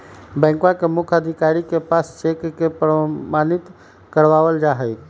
बैंकवा के मुख्य अधिकारी के पास से चेक के प्रमाणित करवावल जाहई